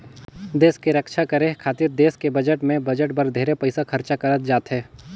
छेस के रम्छा करे खातिर देस के बजट में बजट बर ढेरे पइसा खरचा करत जाथे